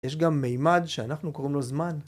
יש גם מימד שאנחנו קוראים לו זמן.